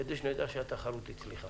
כדי שנדע שהתחרות הצליחה?